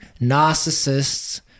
narcissists